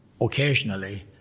occasionally